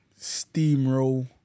Steamroll